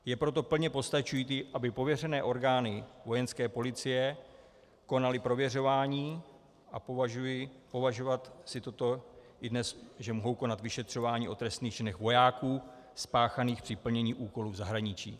Je proto plně postačující, aby pověřené orgány Vojenské policie konaly prověřování, a považovat si to, že mohou konat vyšetřování o trestných činech vojáků spáchaných při plnění úkolů v zahraničí.